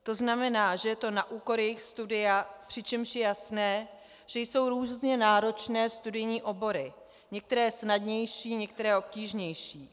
To znamená, že je to na úkor jejich studia, přičemž je jasné, že jsou různě náročné obory, některé snadnější, některé obtížnější.